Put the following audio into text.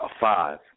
Five